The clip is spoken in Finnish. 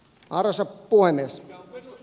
arvoisa puhemies